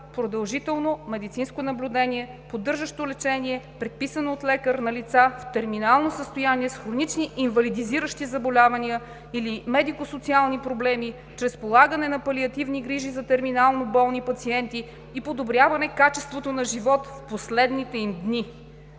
продължително медицинско наблюдение, поддържащо лечение, предписано от лекар на лица в терминално състояние, с хронични инвалидизиращи заболявания или медико-социални проблеми, чрез полагане на палиативни грижи за терминално болни пациенти и подобряване качеството на живот в последните им дни.“